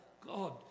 God